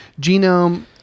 Genome